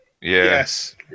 Yes